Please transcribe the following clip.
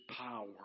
power